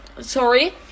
sorry